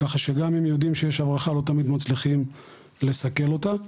ככה שגם אם יודעים שיש הברחה לא תמיד מצליחים לסכל אותה.